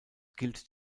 gilt